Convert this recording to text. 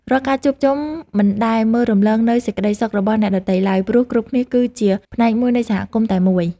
រាល់ការជួបជុំមិនដែលមើលរំលងនូវសេចក្ដីសុខរបស់អ្នកដទៃឡើយ ព្រោះគ្រប់គ្នាគឺជាផ្នែកមួយនៃសហគមន៍តែមួយ។